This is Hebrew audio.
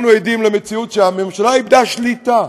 אנחנו עדים למציאות שהממשלה איבדה שליטה,